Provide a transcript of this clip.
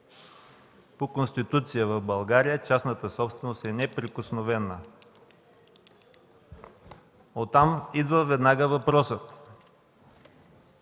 По Конституция в България частната собственост е неприкосновена. Оттам идва веднага въпросът: